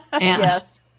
Yes